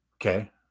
Okay